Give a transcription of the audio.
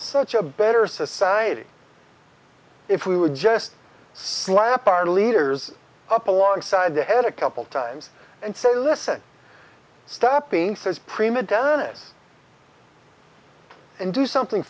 such a better society if we would just slap our leaders up alongside the head a couple times and say listen stepping says prima donnas and do something